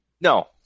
No